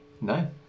No